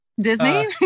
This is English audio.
disney